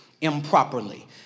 improperly